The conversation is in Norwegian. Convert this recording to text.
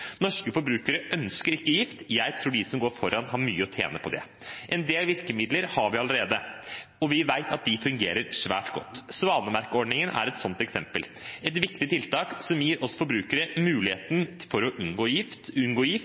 Norske forbrukere ønsker ikke gift. Jeg tror de som går foran, har mye å tjene på det. En del virkemidler har vi allerede, og vi vet at de fungerer svært godt. Svanemerke-ordningen er ett eksempel – et viktig tiltak som gir oss forbrukere muligheten til å unngå gift,